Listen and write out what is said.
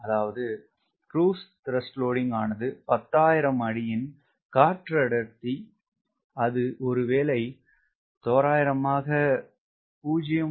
அதாவது ஆனது 10000 அடியில் காற்றின் அடர்த்தி அது ஒருவேளை தோராயமாக 0